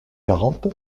quarante